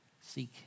Seek